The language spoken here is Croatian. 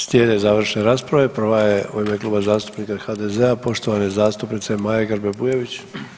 Slijede završne rasprave, prva je u ime Kluba zastupnika HDZ-a poštovane zastupnice Maje Grbe Bujević.